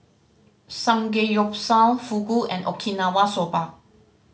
Samgeyopsal Fugu and Okinawa Soba